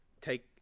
take